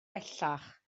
bellach